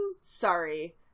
sorry